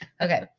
Okay